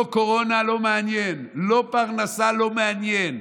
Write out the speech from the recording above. לא קורונה, לא מעניין, לא פרנסה, לא מעניין.